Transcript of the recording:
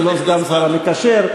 ולא סגן השר המקשר,